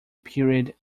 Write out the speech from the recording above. period